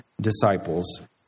disciples